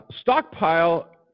Stockpile